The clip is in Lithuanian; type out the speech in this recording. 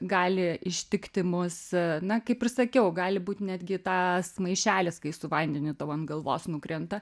gali ištikti mus na kaip ir sakiau gali būt netgi tas maišelis kai su vandeniu tau ant galvos nukrenta